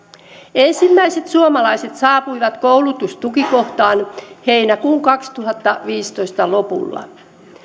ensimmäiset suomalaiset saapuivat koulutustukikohtaan heinäkuun kaksituhattaviisitoista lopulla